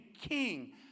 king